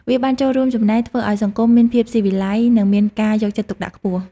វាបានចូលរួមចំណែកធ្វើឱ្យសង្គមមានភាពស៊ីវិល័យ និងមានការយកចិត្តទុកដាក់ខ្ពស់។